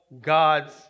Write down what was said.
God's